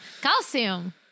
Calcium